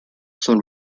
sont